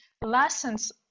lessons